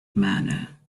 manner